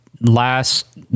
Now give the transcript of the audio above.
Last